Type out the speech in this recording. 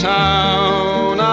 town